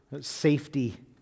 safety